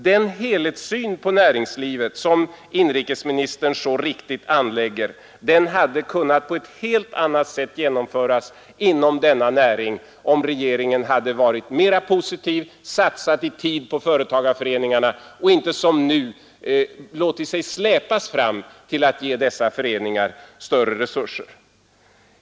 Den helhetssyn på näringslivet som inrikesministern så riktigt anlägger hade alltså kunnat komma till uttryck på ett helt annat sätt inom denna näring, om regeringen hade varit mera positiv, satsat i tid på företagarföreningarna och inte som nu låtit sig släpas fram till att ge dessa föreningar större resurser.